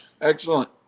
Excellent